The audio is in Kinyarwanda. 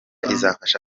izafasha